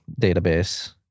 database